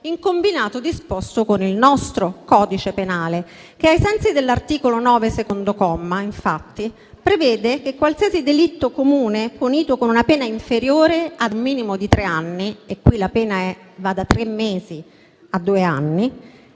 in combinato disposto con il nostro codice penale che, ai sensi dell'articolo 9, comma 2, infatti prevede che qualsiasi delitto comune punito con una pena inferiore ad un minimo di tre anni - e qui la pena va da tre mesi a due anni